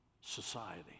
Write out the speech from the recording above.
society